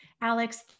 Alex